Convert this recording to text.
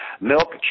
milk